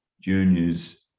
juniors